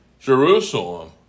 Jerusalem